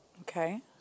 Okay